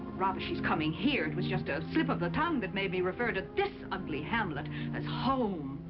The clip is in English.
rather, she's coming here. it was just a slip of the tongue that made me refer to this ugly hamlet as home.